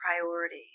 priority